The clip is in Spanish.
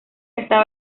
estaba